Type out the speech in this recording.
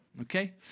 Okay